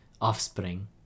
offspring